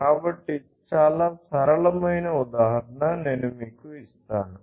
కాబట్టి చాలా సరళమైన ఉదాహరణ నేను మీకు ఇస్తాను